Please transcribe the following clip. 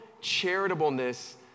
charitableness